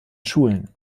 schulen